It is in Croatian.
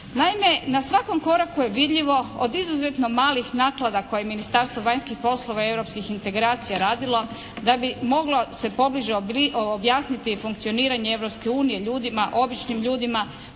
na svakom koraku je vidljivo od izuzetno malih naklada koje je Ministarstvo vanjskih poslova i europskih integracija radilo, da bi moglo se pobliže objasniti funkcioniranje Europske unije ljudima, običnim ljudima